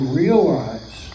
realize